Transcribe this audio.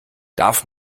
darf